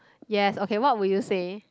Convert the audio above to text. yes okay what would you say